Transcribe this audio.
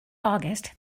august